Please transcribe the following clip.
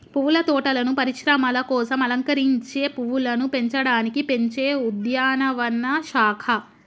పువ్వుల తోటలను పరిశ్రమల కోసం అలంకరించే పువ్వులను పెంచడానికి పెంచే ఉద్యానవన శాఖ